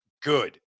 good